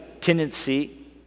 tendency